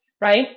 right